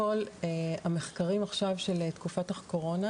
המחקרים של תקופת הקורונה